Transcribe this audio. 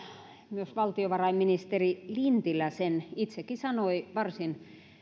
myös valtiovarainministeri lintilä sen itsekin sanoi varsin